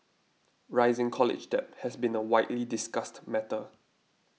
rising college debt has been a widely discussed matter